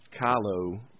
Kylo